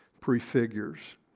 prefigures